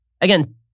Again